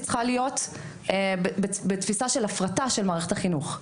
צריכה להיות בתפיסה של הפרטה של מערכת החינוך.